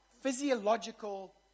physiological